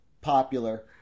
popular